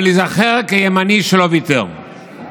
אבל ייזכר כימני שלא ויתר.